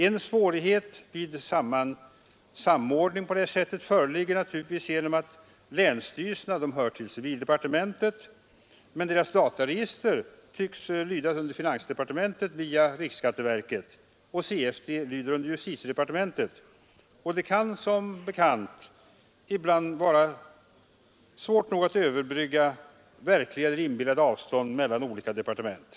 En svårighet vid samordning föreligger naturligtvis genom att länsstyrelserna hör till civildepartementet, medan deras dataregister tycks lyda under finansdepartementet via riksskatteverket, och CFD lyder under justitiedepartementet. Det kan som bekant ibland vara svårt nog att överbrygga verkliga eller inbillade avstånd mellan olika departement.